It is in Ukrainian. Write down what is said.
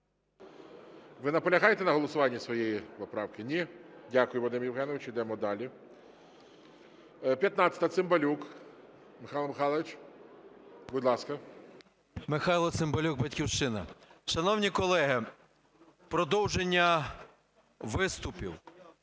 Ви наполягаєте на голосуванні своєї поправки? Ні? Дякую, Вадим Євгенович. Йдемо далі. 15-а. Цимбалюк Михайло Михайлович. Будь ласка. 14:01:39 ЦИМБАЛЮК М.М. Михайло Цимбалюк, "Батьківщина". Шановні колеги, в продовження виступів.